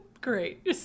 Great